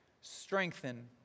strengthen